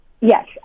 Yes